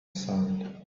sand